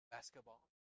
Basketball